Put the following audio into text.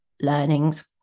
learnings